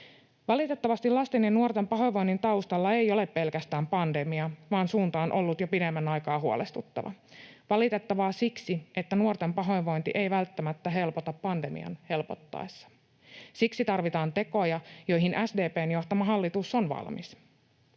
Valitettavasti lasten ja nuorten pahoinvoinnin taustalla ei ole pelkästään pandemia, vaan suunta on ollut jo pidemmän aikaa huolestuttava. Valitettavaa siksi, että nuorten pahoinvointi ei välttämättä helpota pandemian helpottaessa. Siksi tarvitaan tekoja, joihin SDP:n johtama hallitus on valmis.